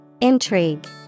Intrigue